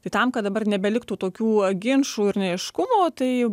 tai tam kad dabar nebeliktų tokių ginčų ir neaiškumų tai